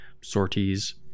sorties